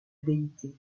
déité